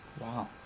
Wow